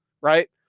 right